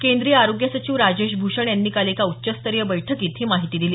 केंद्रीय आरोग्य सचिव राजेश भूषण यांनी काल एका उच्चस्तरीय बैठकीत ही माहिती दिली